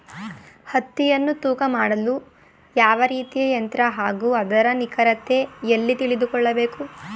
ಹತ್ತಿಯನ್ನು ತೂಕ ಮಾಡಲು ಯಾವ ರೀತಿಯ ಯಂತ್ರ ಹಾಗೂ ಅದರ ನಿಖರತೆ ಎಲ್ಲಿ ತಿಳಿದುಕೊಳ್ಳಬೇಕು?